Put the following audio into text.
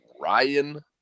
Ryan